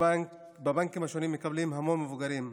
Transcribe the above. בבנקים השונים מקבלים המון מבוגרים,